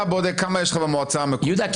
אתה בודק כמה יש לך במועצה המקומית --- יהודה,